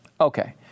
Okay